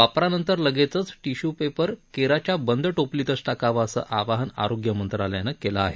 वापरानंतर लगेचच टिश्यूपेपर केराच्या बंद टोपलीत टाकावा असं आवाहन आरोग्य मंत्रालयानं केलं आहे